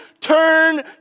turn